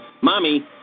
Mommy